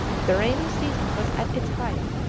the rainy season was at its height,